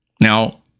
now